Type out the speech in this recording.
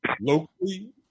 locally